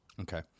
Okay